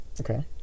Okay